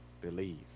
believe